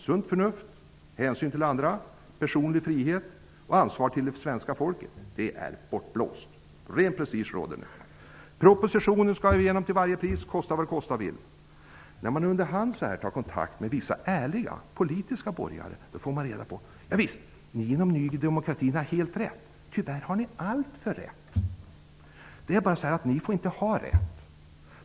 Sunt förnuft, hänsyn till andra, personlig frihet och ansvar gentemot det svenska folket är nu bortblåst. Ren prestige råder nu. Propositionen skall igenom till varje pris. Kosta vad det kosta vill! När man under hand tar kontakt med vissa ärliga borgerliga politiker får man reda på: Visst, ni inom Ny demokrati har helt rätt. Tyvärr har ni alltför rätt. Det är bara så att ni inte får ha rätt.